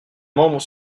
membres